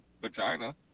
vagina